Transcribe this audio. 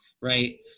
right